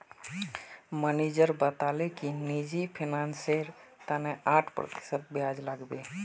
manager बताले कि निजी फिनांसेर तने आठ प्रतिशत ब्याज लागबे